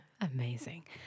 Amazing